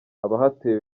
abahatuye